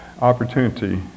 opportunity